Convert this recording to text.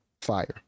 fire